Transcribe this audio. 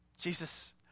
Jesus